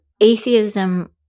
atheism